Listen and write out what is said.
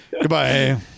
Goodbye